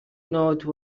note